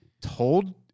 told